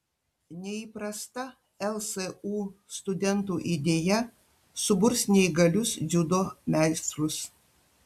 neįprasta lsu studentų idėja suburs neįgalius dziudo meistrus